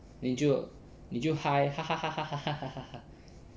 then 你就你就 hi